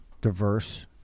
diverse